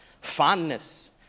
fondness